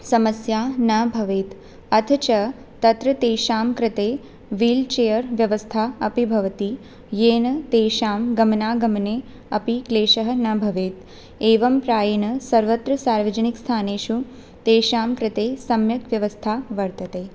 समस्या न भवेत् अथ च तत्र तेषां कृते व्हील् चेर् व्यवस्था अपि भवति येन तेषां गमनागमने अपि क्लेशः न भवेत् एवं प्रायेण सर्वत्र सार्वजनिकस्थानेषु तेषां कृते सम्यक् व्यवस्था वर्तते